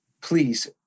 Please